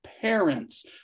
parents